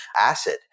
acid